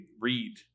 read